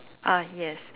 ah yes